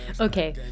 Okay